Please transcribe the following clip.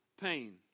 pain